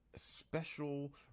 special